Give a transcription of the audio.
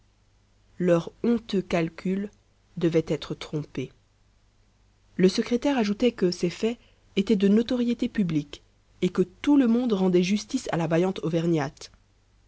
leurs honteux calculs devaient être trompés le secrétaire ajoutait que ces faits étaient de notoriété publique et que tout le monde rendait justice à la vaillante auvergnate